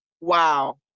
Wow